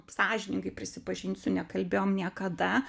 sąžiningai prisipažinsiu nekalbėjom niekada